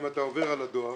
אם אתה עובר על הדואר,